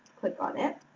click on it.